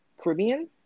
Caribbean